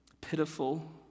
pitiful